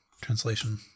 translation